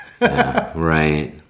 Right